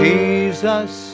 Jesus